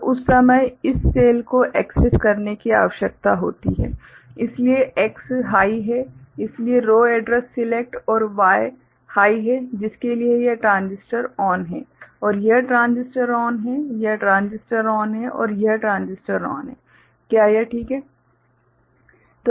तो उस समय इस सेल को एक्सेस करने की आवश्यकता होती है इसलिए X हाइ है इसलिए रो एड्रैस सिलेक्ट और Y हाइ है जिसके लिए यह ट्रांजिस्टर ON है और यह ट्रांजिस्टर ON है यह ट्रांजिस्टर ON है और यह ट्रांजिस्टर ON है क्या यह ठीक है